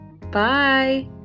Bye